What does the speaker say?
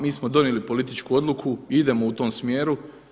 Mi smo donijeli političku odluku i idemo u tom smjeru.